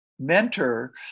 mentor